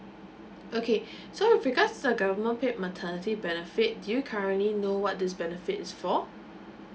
okay so because the government paid maternity benefit do you currently know what this benefit for